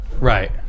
Right